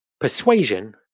persuasion